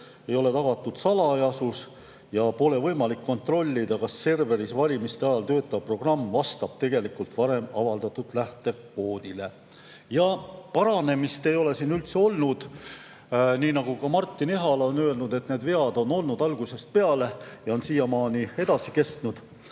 ei ole tagatud salajasus ja pole võimalik kontrollida, kas serveris valimiste ajal töötav programm vastab varem avaldatud lähtekoodile. Paranemist ei ole siin üldse olnud. Nii nagu ka Martin Ehala on öelnud: need vead on olnud algusest peale ja on siiamaani edasi kestnud.